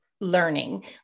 Learning